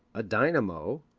a dynamo,